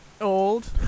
Old